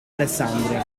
alessandria